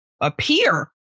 appear